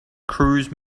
cruise